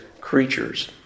creatures